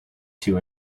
two